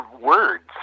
words